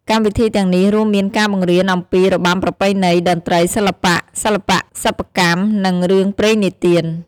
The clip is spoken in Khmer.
កម្មវិធីទាំងនេះរួមមានការបង្រៀនអំពីរបាំប្រពៃណី តន្ត្រី សិល្បៈ សិល្បៈសិប្បកម្ម និងរឿងព្រេងនិទាន។